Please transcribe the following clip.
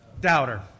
doubter